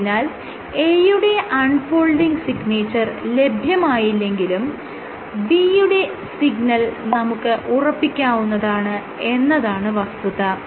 ആയതിനാൽ A യുടെ unfolding signature ലഭ്യമായില്ലെങ്കിലും B യുടെ സിഗ്നൽ നമുക്ക് ഉറപ്പിക്കാവുന്നതാണ് എന്നതാണ് വസ്തുത